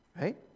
right